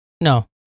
No